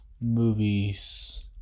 movies